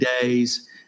days